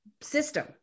system